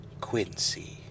Quincy